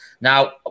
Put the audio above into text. now